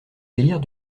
délire